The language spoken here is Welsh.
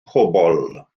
pobl